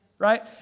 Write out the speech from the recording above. right